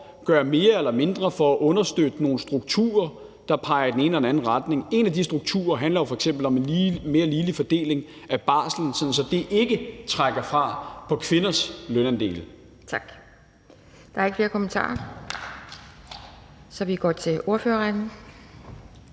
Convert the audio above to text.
gøre mere eller mindre for at understøtte nogle strukturer, der peger i den ene eller anden retning. En af de strukturer handler jo f.eks. om en mere ligelig fordeling af barslen, sådan at det ikke trækker fra på kvinders lønandele.